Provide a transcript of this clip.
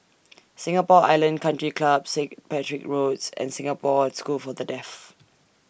Singapore Island Country Club Saint Patrick's Roads and Singapore School For The Deaf